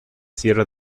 sierra